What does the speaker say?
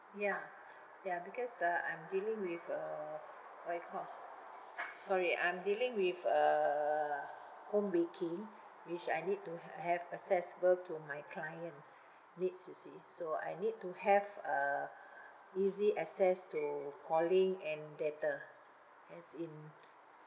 ya ya because uh I'm dealing with uh what you call sorry I'm dealing with uh home baking which I need to ha~ have accessible to my client needs you see so I need to have uh easy access to calling and data as in